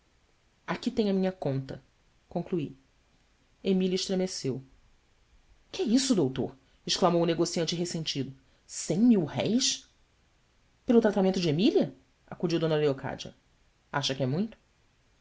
aqui tem a minha conta concluí emília estremeceu ue é isso doutor exclamou o negociante resentido em mil-réis elo amento de emília acudiu eocádia cha que é muito